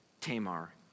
Tamar